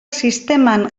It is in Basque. sisteman